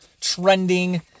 trending